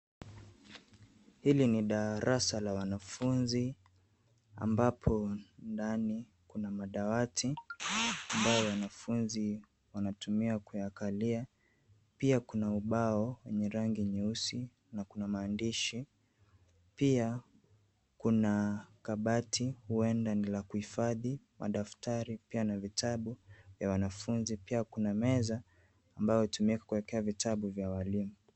Hili ni darasa la wanafunzi ambapo ndani kuna madawati ambayo wanafunzi wanatumia kuyakalia. Pia kuna ubao wenye rangi nyeusi na kuna maandishi. Pia kuna kabati, huenda ni la kuhifadhi madaftari pia na vitabu vya wanafunzi. Pia kuna meza ambayo hutumika kuwekea vitabu vya walimu.